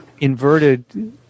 Inverted